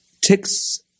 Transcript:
Ticks